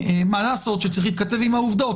מה לעשות שצריך להתכתב עם העובדות.